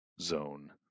zone